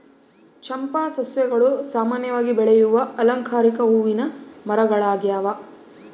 ಚಂಪಾ ಸಸ್ಯಗಳು ಸಾಮಾನ್ಯವಾಗಿ ಬೆಳೆಯುವ ಅಲಂಕಾರಿಕ ಹೂವಿನ ಮರಗಳಾಗ್ಯವ